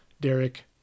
Derek